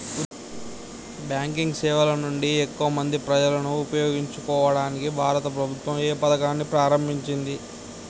Banking సేవల నుండి ఎక్కువ మంది ప్రజలను ఉపయోగించుకోవడానికి భారత ప్రభుత్వం ఏ పథకాన్ని ప్రారంభించింది?